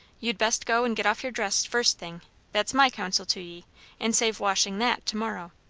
you'd best go and get off your dress, first thing that's my counsel to ye and save washing that to-morrow.